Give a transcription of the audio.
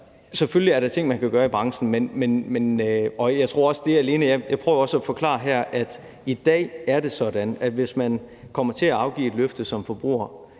selvfølgelig er der ting, man kan gøre i branchen, men jeg prøver også at forklare her, at i dag er det sådan, at hvis man kommer til at afgive et løfte som forbruger